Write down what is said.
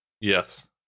Yes